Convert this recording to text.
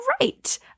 right